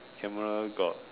camera got